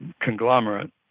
conglomerate